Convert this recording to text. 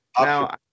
Now